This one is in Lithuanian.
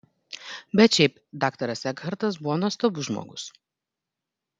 bet šiaip daktaras ekhartas buvo nuostabus žmogus